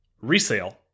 resale